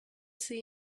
see